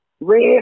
red